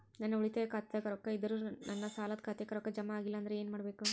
ನನ್ನ ಉಳಿತಾಯ ಖಾತಾದಾಗ ರೊಕ್ಕ ಇದ್ದರೂ ನನ್ನ ಸಾಲದು ಖಾತೆಕ್ಕ ರೊಕ್ಕ ಜಮ ಆಗ್ಲಿಲ್ಲ ಅಂದ್ರ ಏನು ಮಾಡಬೇಕು?